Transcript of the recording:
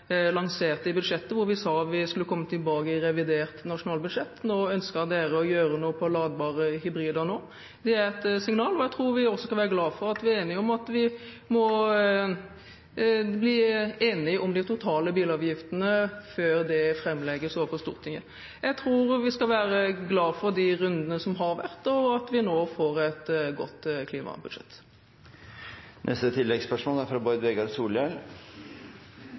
i budsjettet, hvor vi sa vi skulle komme tilbake i revidert nasjonalbudsjett. Nå ønsker dere å gjøre noe på ladbare hybrider. Det er et signal, og jeg tror at vi også skal være glade for at vi er enige om at vi må bli enige om de totale bilavgiftene før det framlegges for Stortinget. Jeg tror vi skal være glade for de rundene som har vært, og at vi nå får et godt klimabudsjett. Bård Vegar Solhjell